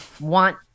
want